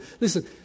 Listen